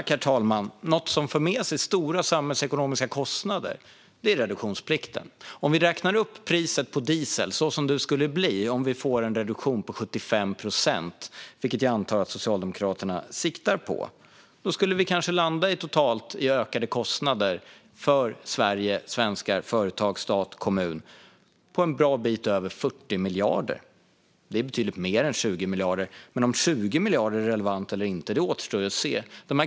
Herr talman! Något som för med sig stora samhällsekonomiska kostnader är reduktionsplikten. Om vi räknar upp priset till vad det skulle bli med en reduktion på 75 procent, vilket jag antar att Socialdemokraterna siktar på, skulle vi landa på ökade kostnader - för Sverige, svenskar, företag, stat och kommuner - på totalt kanske en bra bit över 40 miljarder. Det är betydligt mer än 20 miljarder, men om 20 miljarder är relevant eller inte återstår att se.